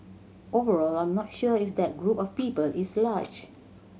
overall I'm not sure if that group of people is large